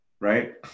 right